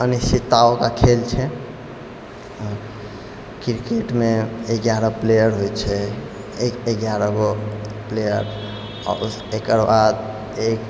अनिश्चितताओं का खेल छै किरकेटमे एगारह प्लेअर होइ छै एक एगारहगो प्लेअर आओर ओ एकर बाद